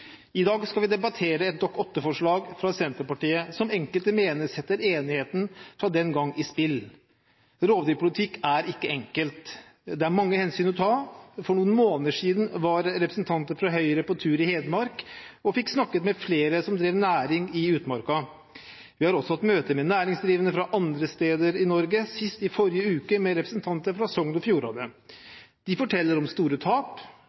I dag skal vi debattere et Dokument 8-forslag fra Senterpartiet som enkelte mener setter enigheten fra den gang i spill. Rovdyrpolitikk er ikke enkelt. Det er mange hensyn å ta. For noen måneder siden var representanter fra Høyre på tur i Hedmark og fikk snakket med flere som driver næring i utmarka. Vi har også hatt møter med næringsdrivende fra andre steder i Norge, sist i forrige uke, med representanter fra Sogn og Fjordane. De forteller om store tap,